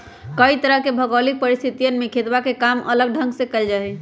कई तरह के भौगोलिक परिस्थितियन में खेतवा के काम अलग ढंग से कइल जाहई